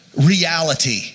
reality